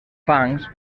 fangs